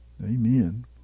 Amen